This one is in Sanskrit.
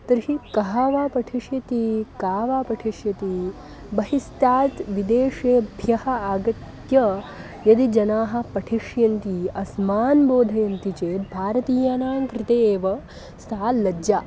तर्हि कः वा पठिष्यति का वा पठिष्यती बहिस्तात् विदेशेभ्यः आगत्य यदि जनाः पठिष्यन्ति अस्मान् बोधयन्ति चेद् भारतीयानां कृते एव सा लज्जा